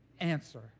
answer